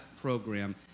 program